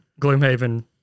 Gloomhaven